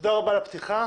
תודה רבה על הפתיחה.